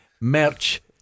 Merch